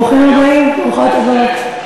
ברוכים הבאים, ברוכות הבאות.